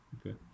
okay